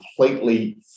completely